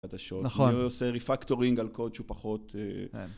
נכון. הוא עושה Refactoring על קוד שהוא פחות...